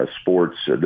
Sports